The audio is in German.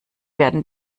werden